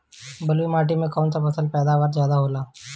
बालुई माटी में कौन फसल के पैदावार ज्यादा होला?